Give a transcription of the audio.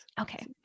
Okay